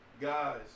guys